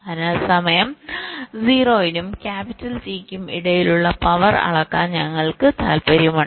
അതിനാൽ സമയം 0 നും ക്യാപിറ്റൽ T യ്ക്കും ഇടയിലുള്ള പവർ അളക്കാൻ ഞങ്ങൾക്ക് താൽപ്പര്യമുണ്ട്